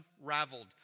unraveled